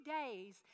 days